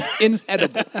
Inedible